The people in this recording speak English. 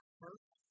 first